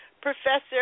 Professor